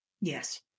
Yes